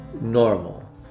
normal